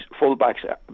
fullbacks